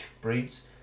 breeds